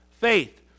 faith